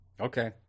Okay